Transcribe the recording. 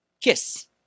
kiss